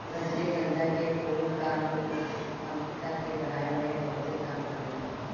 रजनीगंधा के फूल कामुकता के बढ़ावे में बहुते काम आवेला